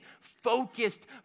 focused